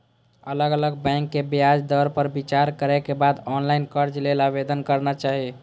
अलग अलग बैंकक ब्याज दर पर विचार करै के बाद ऑनलाइन कर्ज लेल आवेदन करना चाही